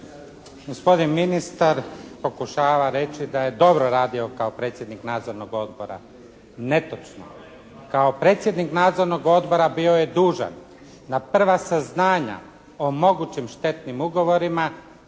Gospodin ministar pokušava reći da je dobro radio kao predsjednik Nadzornog odbora. Netočno. Kao predsjednik Nadzornog odbora bio je dužan na prva saznanja o mogućim štetnim ugovorima